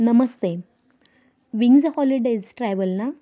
नमस्ते Wings Holidays Travel ना